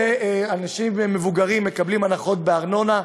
ואנשים מבוגרים מקבלים הנחות בארנונה,